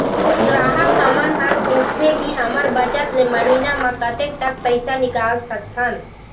ग्राहक हमन हर पूछथें की हमर बचत ले महीना मा कतेक तक पैसा निकाल सकथन?